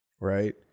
Right